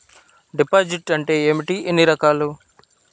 Deposit అంటే ఏమిటీ ఎన్ని రకాలు?